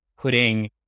putting